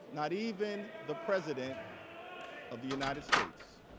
not even the president of the united states.